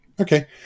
Okay